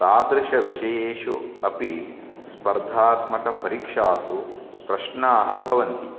तादृशविषयेषु अपि स्पर्धात्मकपरीक्षासु प्रश्नाः भवन्ति